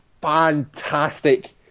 fantastic